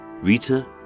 Rita